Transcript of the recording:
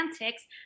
antics